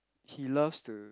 he loves to